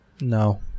No